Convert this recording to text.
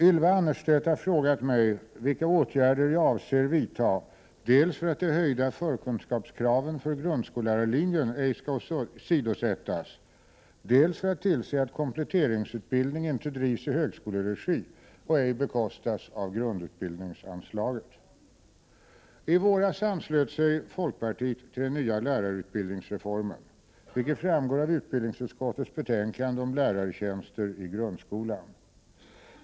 Ylva Annerstedt har frågat mig vilka åtgärder jag avser vidta dels för att de höjda förkunskapskraven för grundskollärarlinjen ej skall åsidosättas, dels för att tillse att kompletteringsutbildning inte drivs i högskoleregi och ej bekostas av grundutbildningsanslaget. I våras anslöt sig folkpartiet till den nya lärarutbildningsreformen, vilket framgår av utbildningsutskottets betänkande om lärartjänster i grundskolan .